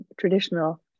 traditional